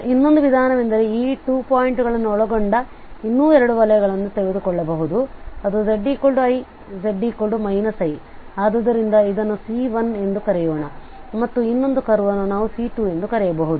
ಇನ್ನೊಂದು ವಿಧಾನವೆಂದರೆ ಈ 2 ಪಾಯಿಂಟ್ಗಳನ್ನು ಒಳಗೊಂಡ ಇನ್ನೂ ಎರಡು ವಲಯಗಳನ್ನು ತೆಗೆದುಕೊಳ್ಳಬಹುದು ಅದು zi z i ಆದ್ದರಿಂದ ಅದನ್ನು C1 ಎಂದು ಕರೆಯೋಣ ಮತ್ತು ಇನ್ನೊಂದು ಕರ್ವ್ ಅನ್ನು ನಾವು C2 ಎಂದು ಕರೆಯಬಹುದು